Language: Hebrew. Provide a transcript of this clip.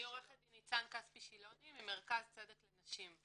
אני ממרכז צדק לנשים.